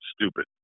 stupid